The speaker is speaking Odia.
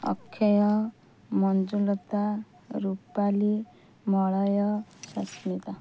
ଅକ୍ଷୟ ମଞ୍ଜୁଲତା ରୁପାଲୀ ମଳୟ ସସ୍ମିତା